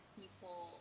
people